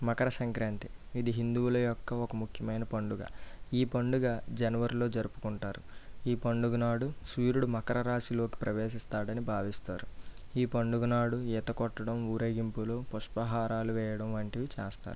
మకర సంక్రాంతి ఇది హిందువుల యొక్క ఒక ముఖ్యమైన పండుగ ఈ పండుగ జనవరిలో జరుపుకుంటారు ఈ పండుగనాడు సూర్యుడు మకర రాశిలోకి ప్రవేశిస్తాడని భావిస్తారు ఈ పండుగనాడు ఈత కొట్టడం ఊరేగింపులు పుష్పహారాలు వేయడం వంటివి చేస్తారు